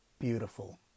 beautiful